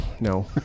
no